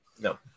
no